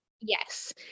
Yes